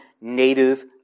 native